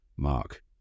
Mark